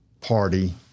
party